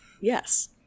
Yes